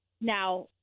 Now